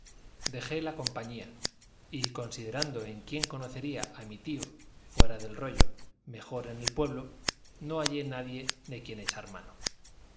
dejé la compañía y considerando en quién conocería a mi tío fuera del rollo mejor en el pueblo no hallé nadie de quien